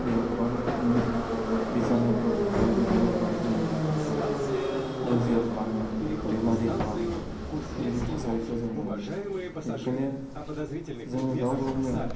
बेयाव गोबां रोखोमनि बिजानुफोर जाय बिजानुफोरा जोंनि देहाफोरखौ नोरजिया खालामो बेमारि खालामो बेबायदि थासारिखौ जों नुयो बेनिखायनो जोङो गाव गावनो